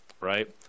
Right